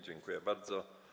Dziękuję bardzo.